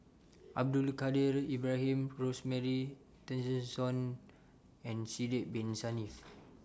Abdul Kadir Ibrahim Rosemary Tessensohn and Sidek Bin Saniff